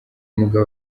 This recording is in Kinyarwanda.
mugabo